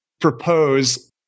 propose